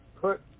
put